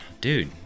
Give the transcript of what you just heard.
dude